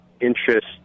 interest